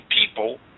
people